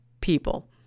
people